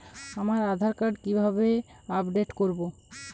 আমার আধার কার্ড কিভাবে আপডেট করব?